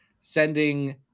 sending